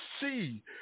see